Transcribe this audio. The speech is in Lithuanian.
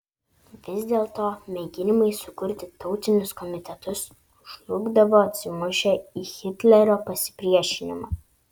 vis dėlto mėginimai sukurti tautinius komitetus žlugdavo atsimušę į hitlerio pasipriešinimą